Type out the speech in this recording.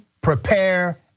prepare